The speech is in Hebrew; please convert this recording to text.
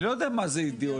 אני לא יודע מה זה אידיאולוגיה.